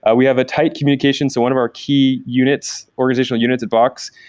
ah we have a tight communications, so one of our key units, organizational units at box,